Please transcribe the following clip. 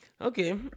Okay